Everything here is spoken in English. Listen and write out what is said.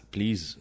Please